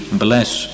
bless